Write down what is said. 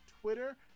Twitter